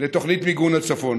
לתוכנית מיגון הצפון